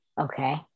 Okay